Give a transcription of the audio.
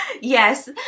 Yes